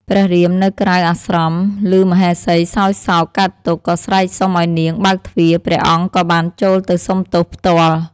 ព្រះរាមនៅក្រៅអាស្រម ឮមហេសីសោយសោកកើតទុក្ខ ក៏ស្រែកសុំឱ្យនាងបើកទ្វារ ព្រះអង្គក៏បានចូលទៅសុំទោសផ្ទាល់។